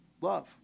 Love